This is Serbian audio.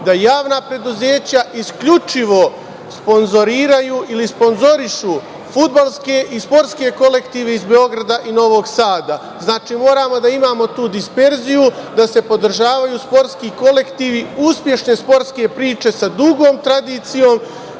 da javna preduzeća isključivo sponzoriraju ili sponzorišu fudbalske i sportske kolektive iz Beograda i Novog Sada. Znači, moramo da imamo tu disperziju, da se podržavaju sportski kolektivi, uspešne sportske priče sa dugom tradicijom.